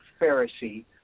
Pharisee